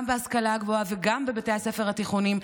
גם בהשכלה הגבוהה וגם בבתי הספר התיכוניים,